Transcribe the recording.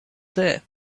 there